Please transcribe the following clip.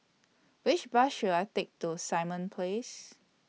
Which Bus should I Take to Simon Place